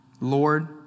Lord